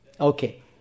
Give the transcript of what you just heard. Okay